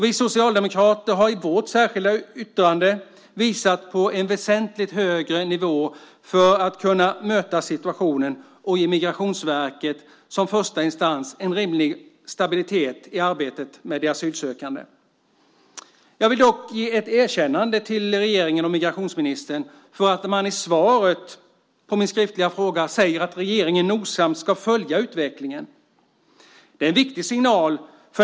Vi socialdemokrater har i vårt särskilda yttrande visat på en väsentligt högre nivå för att kunna möta situationen och ge Migrationsverket som första instans en rimlig stabilitet i arbetet med de asylsökande. Jag vill dock ge ett erkännande till regeringen och migrationsministern för att man i svaret på min skriftliga fråga säger att regeringen nogsamt ska följa utvecklingen. Det är en viktig signal.